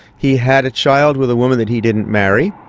he had a child with a woman that he didn't marry.